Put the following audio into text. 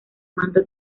manto